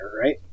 right